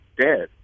dead